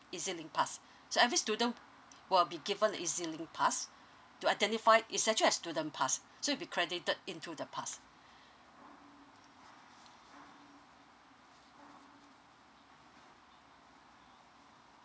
ezlink pass so every student will be given ezlink pass to identify it's actually a student pass so it'll be credited into the pass